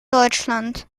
deutschland